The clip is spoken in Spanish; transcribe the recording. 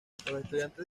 estudiantes